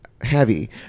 heavy